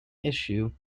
issue